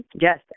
Yes